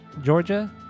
Georgia